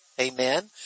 Amen